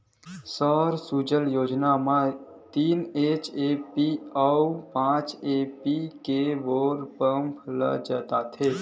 सौर सूजला योजना म तीन एच.पी अउ पाँच एच.पी के बोर पंप दे जाथेय